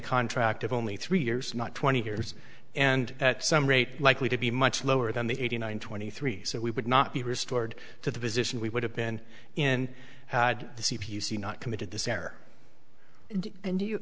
contract of only three years not twenty years and at some rate likely to be much lower than the eighty nine twenty three so we would not be restored to the position we would have been in had the c p c not committed this error and do you